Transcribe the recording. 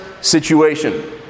situation